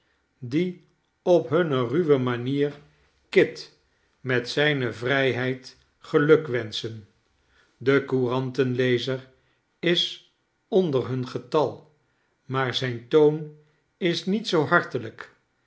die op hunne ruwe manier kit met zijne vrijheid gelukwenschen de courantenlezer is onder hun getal maar zijn toon is niet zoo hartelijk